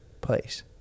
place